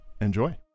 Enjoy